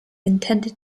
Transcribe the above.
intended